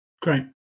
great